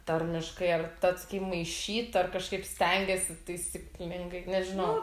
tarmiškai ar ta tu sakei maišyta ar kažkaip stengiasi taisyklingai nežinau